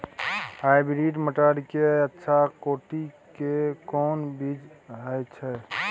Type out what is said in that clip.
Hybrid मटर के अच्छा कोटि के कोन बीज होय छै?